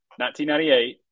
1998